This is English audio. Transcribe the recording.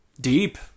deep